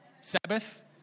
Sabbath